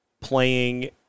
playing